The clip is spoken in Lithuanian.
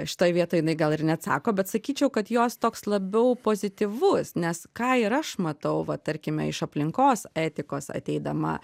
šitoj vietoj jinai gal ir neatsako bet sakyčiau kad jos toks labiau pozityvus nes ką ir aš matau va tarkime iš aplinkos etikos ateidama